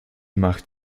macht